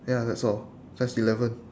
ya that's all that's eleven